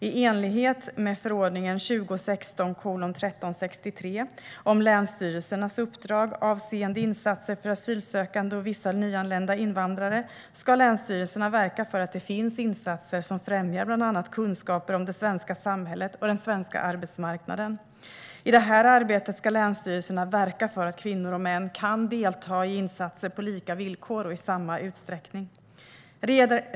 I enlighet med förordningen om länsstyrelsernas uppdrag avseende insatser för asylsökande och vissa nyanlända invandrare ska länsstyrelserna verka för att det finns insatser som främjar bland annat kunskaper om det svenska samhället och den svenska arbetsmarknaden. I detta arbete ska länsstyrelserna verka för att kvinnor och män kan delta i insatser på lika villkor och i samma utsträckning.